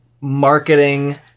Marketing